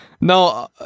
No